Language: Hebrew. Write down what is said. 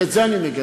ואת זה אני מגנה.